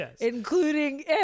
including